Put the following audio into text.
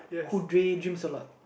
who daydreams a lot